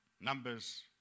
numbers